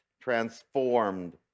transformed